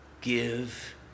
give